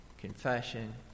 confession